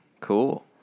Cool